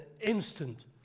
instant